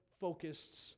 focused